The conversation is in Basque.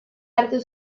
hartu